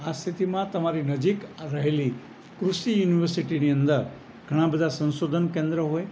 આ સ્થિતિમાં તમારી નજીક રહેલી કૃષિ યુનિવર્સિટીની અંદર ઘણા બધા સંશોધન કેન્દ્ર હોય